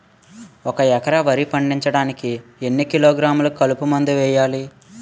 ఒక ఎకర వరి పండించటానికి ఎన్ని కిలోగ్రాములు కలుపు మందు వేయాలి?